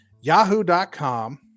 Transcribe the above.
Yahoo.com